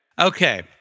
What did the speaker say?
Okay